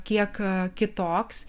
kiek kitoks